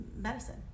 medicine